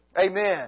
Amen